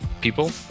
people